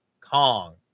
Kong